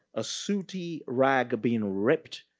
a suity rag being ripped,